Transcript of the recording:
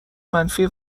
منفی